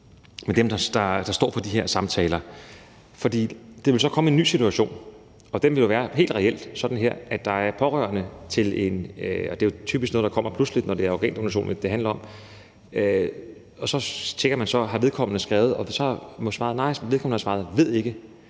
det med dem, der står for de her samtaler. For der vil så komme en ny situation, og den vil jo være helt reel, nemlig at der er pårørende – det er jo typisk noget, der kommer pludseligt, når det er organdonation, det handler om – som tænker, om vedkommende har skrevet det. Nej, vedkommende har svaret »Ved ikke«,